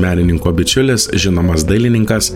menininko bičiulis žinomas dailininkas